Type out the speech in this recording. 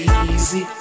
easy